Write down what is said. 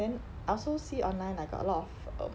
then I also see online like got a lot of um